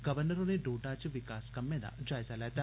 governor होरे डोडा च विकास कम्मे दा जायजा लैता